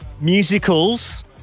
musicals